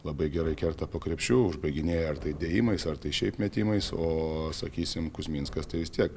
labai gerai kerta po krepšiu užbaiginėja ar tai dėjimais ar tai šiaip metimais o sakysim kuzminskas tai vis tiek